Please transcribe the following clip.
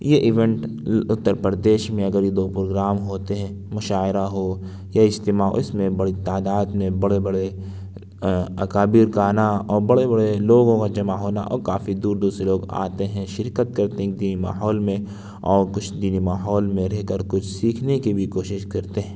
یہ ایوینٹ اتر پردیش میں اگر یہ دو پروگرام ہوتے ہیں مشاعرہ ہو یا اجتماع ہو اس میں بڑی تعداد میں بڑے بڑے اکابر کا آنا اور بڑے بڑے لوگوں کا جمع ہونا اور کافی دور دور سے لوگ آتے ہیں شرکت کرتے ہیں ایک دینی ماحول میں اور کچھ دینی ماحول میں رہ کر کچھ سیکھنے کی بھی کوشش کرتے ہیں